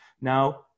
now